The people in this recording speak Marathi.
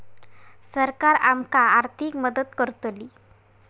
सरकार आमका आर्थिक मदत करतली?